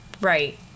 Right